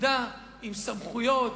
יחידה עם סמכויות,